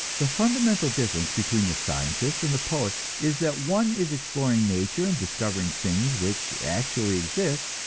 the fundamental difference between the scientist and the poet is that one is exploring nature and discovering things which actually exist,